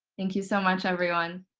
thank you so much, everyone.